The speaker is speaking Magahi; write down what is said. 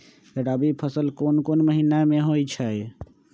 रबी फसल कोंन कोंन महिना में होइ छइ?